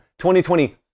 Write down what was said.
2020